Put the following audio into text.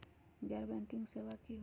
गैर बैंकिंग सेवा की होई?